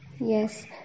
Yes